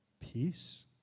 peace